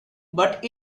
but